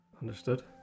Understood